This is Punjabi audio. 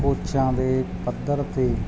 ਕੋਚਾਂ ਦੇ ਪੱਧਰ 'ਤੇ